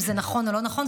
אם זה נכון או לא נכון,